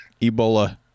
ebola